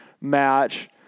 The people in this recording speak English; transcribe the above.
match